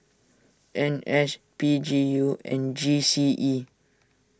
N S P G U and G C E